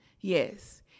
Yes